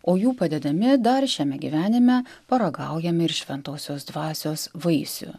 o jų padedami dar šiame gyvenime paragaujame ir šventosios dvasios vaisių